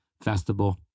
Festival